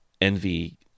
envy